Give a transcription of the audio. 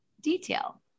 detail